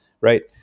Right